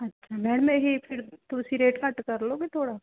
ਅੱਛਾ ਮੈਡਮ ਇਹ ਫਿਰ ਤੁਸੀਂ ਰੇਟ ਘੱਟ ਕਰ ਲਉਂਗੇ ਥੋੜ੍ਹਾ